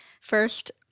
First